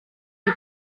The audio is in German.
die